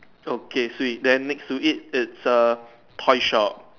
okay sweet then next to it it's a toy shop